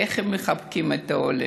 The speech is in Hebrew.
איך הם מחבקים את העולה,